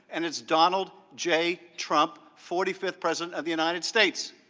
and it is donald j trump, forty fifth president of the united states.